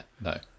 no